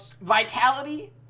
Vitality